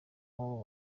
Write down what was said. w’aba